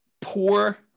Poor